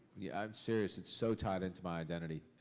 yeah i'm serious, it's so tied into my identity,